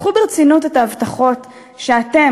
קחו ברצינות את ההבטחות שאתם,